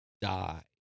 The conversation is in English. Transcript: die